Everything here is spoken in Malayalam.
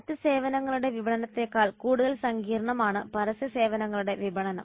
മറ്റ് സേവനങ്ങളുടെ വിപണനത്തേക്കാൾ കൂടുതൽ സങ്കീർണ്ണമാണ് പരസ്യ സേവനങ്ങളുടെ വിപണനം